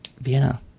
Vienna